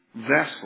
vessel